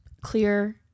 Clear